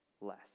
less